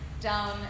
down